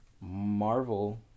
Marvel